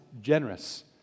generous